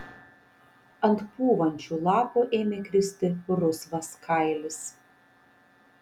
ant pūvančių lapų ėmė kristi rusvas kailis